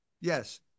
yes